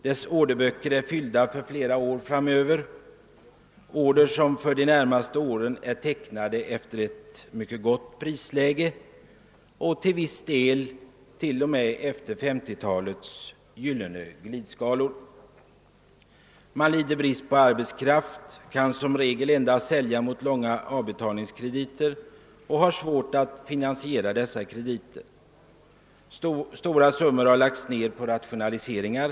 Dess orderböcker är fyllda för flera år framöver med order som för de närmaste åren är tecknade efter ett mycket gott prisläge och till viss del t.o.m. enligt 1950-talets gyllene glidskala. Man lider brist på arbetskraft, kan som regel endast sälja mot långa avbetalningskrediter och har svårt 'att finansiera dessa krediter. : Stora summor har lagts ned på rationaliseringar.